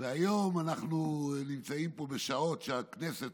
והיום אנחנו נמצאים פה בשעות שהכנסת